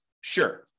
Sure